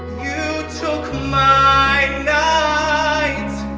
you took my night